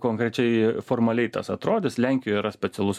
konkrečiai formaliai tas atrodys lenkijoje yra specialus